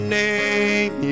name